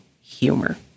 humor